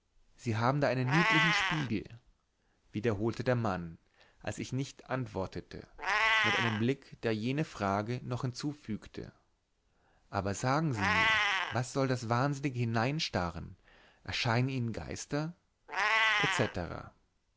sie haben da einen niedlichen spiegel wiederholte der mann als ich nicht antwortete mit einem blick der jener frage noch hinzufügte aber sagen sie mir was soll das wahnsinnige hineinstarren erscheinen ihnen geister